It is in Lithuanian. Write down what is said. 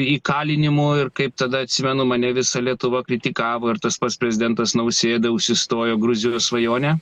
įkalinimu ir kaip tada atsimenu mane visa lietuva kritikavo ir tas pats prezidentas nausėda užsistojo gruzijos svajonę